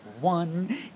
One